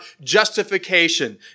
justification